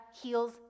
heals